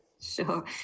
Sure